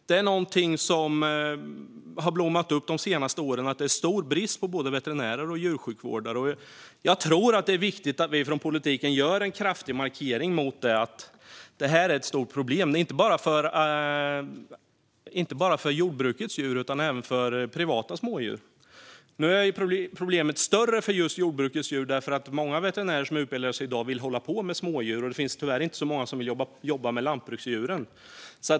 De senaste åren har det blommat upp att det råder stor brist på både veterinärer och djursjukvårdare, och jag tror att det är viktigt att vi från politiken gör en kraftig markering mot det. Detta är ett stort problem, inte bara för jordbrukets djur utan även för privata smådjur. Problemet är dock större för jordbrukets djur - många veterinärer som utbildar sig i dag vill hålla på med smådjur, och det finns tyvärr inte så många som vill jobba med lantbruksdjuren.